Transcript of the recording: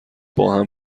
باهم